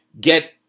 get